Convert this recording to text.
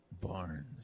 Barnes